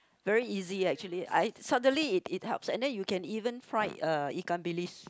very easy actually I suddenly it it helps and then you can even fry uh ikan-bilis